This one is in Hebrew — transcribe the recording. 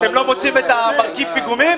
אתם לא מוצאים את מרכיב הפיגומים?